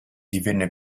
divenne